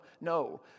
No